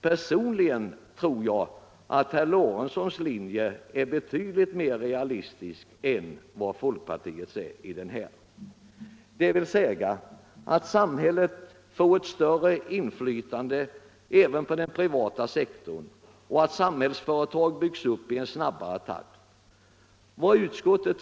Personligen tror jag att herr Lorentzons linje — alltså att samhället får större inflytande även på den privata sektorn och att samhällsföretag byggs upp i snabbare takt — är betydligt mera realistiskt än folkpartiets.